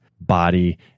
body